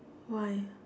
why